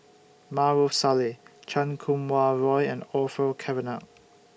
Maarof Salleh Chan Kum Wah Roy and Orfeur Cavenagh